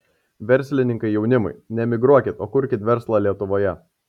verslininkai jaunimui neemigruokit o kurkit verslą lietuvoje